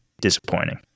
disappointing